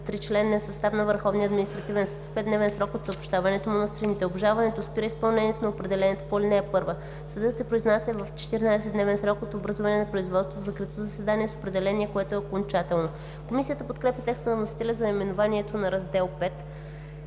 тричленен състав на Върховния административен съд в 5-дневен срок от съобщаването му на страните. Обжалването спира изпълнението на определението по ал. 1. Съдът се произнася в 14-дневен срок от образуване на производството в закрито заседание с определение, което е окончателно.“ Комисията подкрепя текста на вносителя за наименованието на Раздел V.